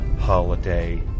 holiday